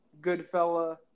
Goodfella